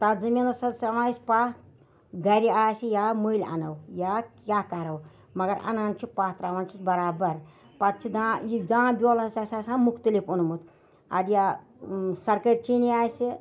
تَتھ زٔمیٖنَس حظ چَلان اَسہِ پَہہ گَرِ آسہِ یا مٔلۍ اَنو یا کیٛاہ کَرو مگر اَنان چھِ پَہہ ترٛاوان چھِس برابر پَتہٕ چھِ دانہِ یہِ دانہِ بیول حظ چھِ اَسہِ آسان مختلف اوٚنمُت اَدٕ یا سرکٲرۍ چیٖنی آسہِ